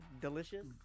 delicious